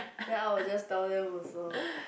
then I will just tell them also